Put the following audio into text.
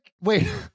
Wait